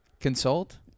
Consult